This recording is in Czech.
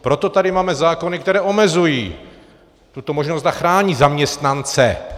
Proto tady máme zákony, které omezují tuto možnost a chrání zaměstnance.